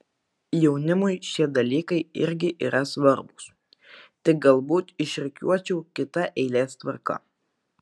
jaunimui šie dalykai irgi yra svarbūs tik galbūt išrikiuočiau kita eilės tvarka